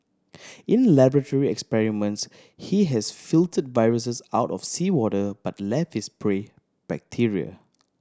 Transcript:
in laboratory experiments he has filtered viruses out of seawater but left his prey bacteria